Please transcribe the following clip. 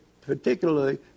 particularly